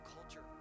culture